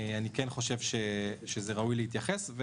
אני כן חושב שזה ראוי להתייחסות.